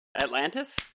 Atlantis